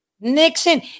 Nixon